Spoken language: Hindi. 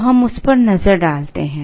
तो हम उस पर नजर डालते हैं